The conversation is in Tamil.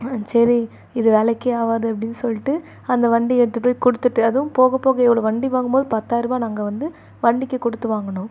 ஆ சரி இது வேலைக்கே ஆகாது அப்படின்னு சொல்லிட்டு அந்த வண்டியை எடுத்துட்டு போய் கொடுத்துட்டு அதுவும் போக போக எவ்வளோ வண்டி வாங்கும்போது பத்தாயரருபா நாங்கள் வந்து வண்டிக்கு கொடுத்து வாங்கினோம்